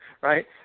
right